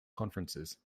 conferences